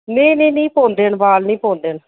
नेईं नेईं पौंदे न बाल नेईं पौंदे न